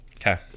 Okay